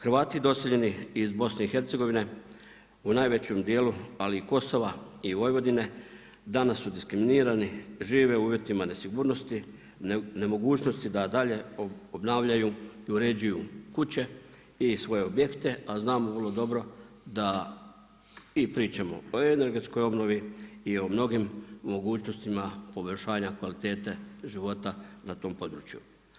Hrvati doseljeni iz BiH-a u najvećem dijelu, ali i Kosova i Vojvodine danas su diskriminirani, žive u uvjetima nesigurnosti, nemogućnosti da dalje obnavljanju i u uređuju kuće i svoje objekte, a znamo vrlo dobro da i pričamo o energetskoj obnovi i o mnogim mogućnostima poboljšanja kvalitete života na tom području.